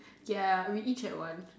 ya already check once